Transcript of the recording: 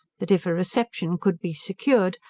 that if a reception could be secured,